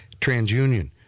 TransUnion